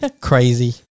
crazy